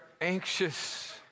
anxious